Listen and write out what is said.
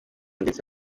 ndetse